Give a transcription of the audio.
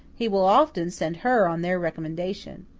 he will often send her on their recommendation.